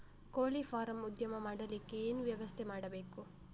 ಕೋಳಿ ಫಾರಂ ಉದ್ಯಮ ಮಾಡಲಿಕ್ಕೆ ಏನು ವ್ಯವಸ್ಥೆ ಮಾಡಬೇಕು?